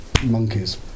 monkeys